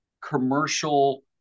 commercial